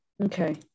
okay